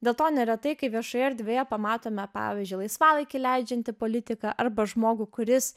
dėl to neretai kai viešoje erdvėje pamatome pavyzdžiui laisvalaikį leidžiantį politiką arba žmogų kuris